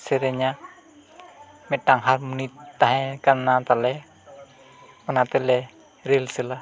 ᱥᱮᱨᱮᱧᱟ ᱢᱤᱫᱴᱟᱝ ᱦᱟᱨᱢᱚᱱᱤ ᱛᱟᱦᱮᱸ ᱠᱟᱱᱟ ᱛᱟᱞᱮ ᱚᱱᱟ ᱛᱮᱞᱮ ᱨᱤᱭᱟᱹᱞ ᱥᱮᱞᱟ